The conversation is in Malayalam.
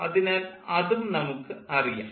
അതിനാൽ അതും നമുക്ക് അറിയാം